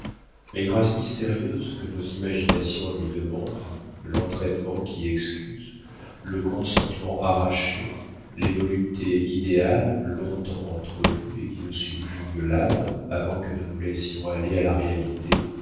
les grâces mystérieuses que nos imaginations lui demandent l'entraînement qui excuse le consentement arraché les voluptés idéales longtemps entrevues et qui nous subjuguent l'âme avant que nous nous laissions aller à la réalité